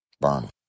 burn